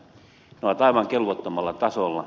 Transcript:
ne ovat aivan kelvottomalla tasolla